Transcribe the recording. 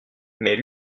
mais